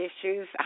issues